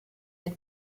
had